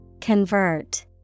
Convert